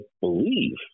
believe